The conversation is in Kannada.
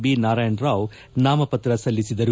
ಬಿ ನಾರಾಯಣರಾವ್ ನಾಮಪತ್ರ ಸಲ್ಲಿಸಿದರು